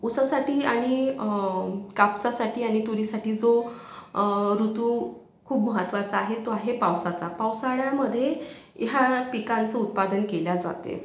ऊसासाठी आणि कापसासाठी आणि तुरीसाठी जो ऋतू खूप महत्त्वाचा आहे तो आहे पावसाचा पावसाळ्यामध्ये ह्या पिकांचं उत्पादन केले जाते